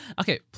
Okay